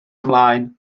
ymlaen